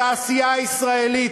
התעשייה הישראלית,